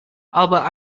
albert